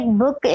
book